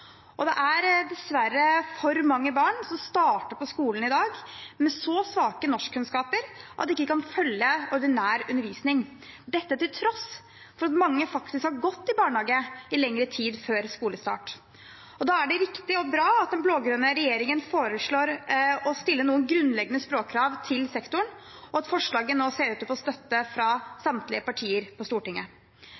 Det er dessverre for mange barn som starter på skolen i dag med så svake norskkunnskaper at de ikke kan følge ordinær undervisning til tross for at mange faktisk har gått i barnehage i lengre tid før skolestart. Da er det riktig og bra at den blå-grønne regjeringen foreslår å stille noen grunnleggende språkkrav til sektoren, og at forslaget nå ser ut til å få støtte fra